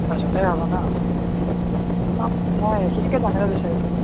পাছতহে হ'ব ন অঁ মই এইখিনিকে জানিব বিচাৰিছিলোঁ